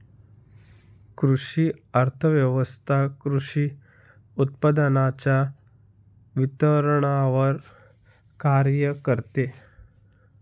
कृषी अर्थव्यवस्वथा कृषी उत्पादनांच्या वितरणावर कार्य करते